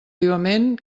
vivament